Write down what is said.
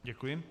Děkuji.